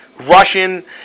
Russian